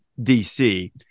DC